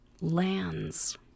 lands